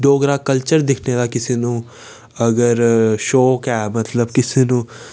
Dogra culture दिक्खने दि कुसै गी अगर शौक ऐ मतलब कुसै गी